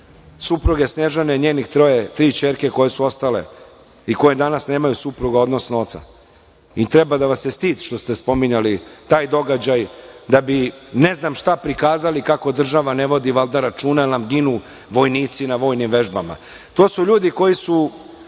supruge Snežane i njene tri ćerke koje su ostale i koje danas nemaju supruga, odnosno oca. Treba da vas je stid što ste spominjali taj događaj da bi ne znam šta prikazali kako država ne vodi valjda računa, jer nam ginu vojnici na vojnim vežbama. To su ljudi koji su